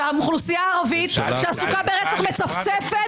זה שהאוכלוסייה הערבית שעסוקה ברצח מצפצפת